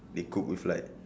be cooked with like